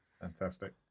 Fantastic